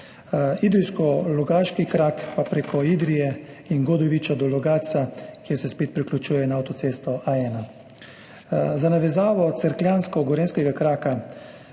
Idrijsko-logaški krak pa preko Idrije in Godoviča do Logatca, kjer se spet priključuje na avtocesto A1. Za navezavo cerkljansko-gorenjskega kraka